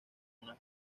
una